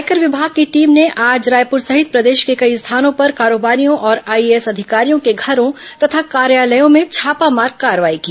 आयकर विभाग की टीम ने आज रायपुर सहित प्रदेश के कई स्थानों पर कारोबारियों और आईएएस अधिकारियों के घरों तथा कार्यालयों में छापामार कार्रवाई की